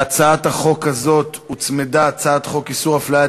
להצעת החוק הוצמדה הצעת חוק איסור הפליית